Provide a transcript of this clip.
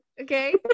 Okay